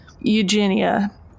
Eugenia